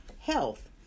health